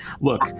look